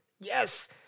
Yes